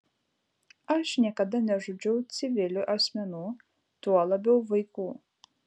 aš niekada nežudžiau civilių asmenų tuo labiau vaikų